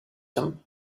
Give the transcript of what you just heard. him